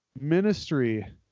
Ministry